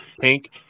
pink